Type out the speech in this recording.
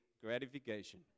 gratification